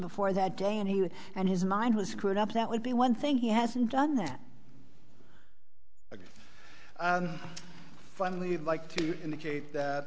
before that day and he and his mind was screwed up that would be one thing he hasn't done that and finally i'd like to indicate that